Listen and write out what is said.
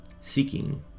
seeking